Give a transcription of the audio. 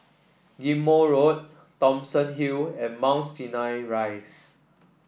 Ghim Moh Road Thomson Hill and Mount Sinai Rise